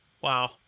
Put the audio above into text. Wow